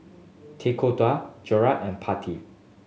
Tekkadon Gyros and